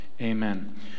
Amen